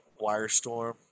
Wirestorm